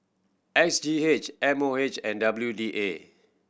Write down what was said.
S G X M O H and W D A